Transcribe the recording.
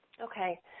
Okay